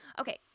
Okay